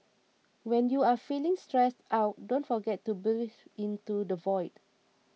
when you are feeling stressed out don't forget to breathe into the void